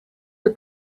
for